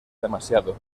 demasiado